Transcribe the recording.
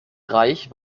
reich